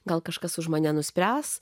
gal kažkas už mane nuspręs